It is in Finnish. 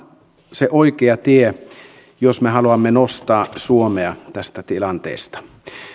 se oikea tie jos me haluamme nostaa suomea tästä tilanteesta